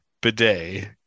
Bidet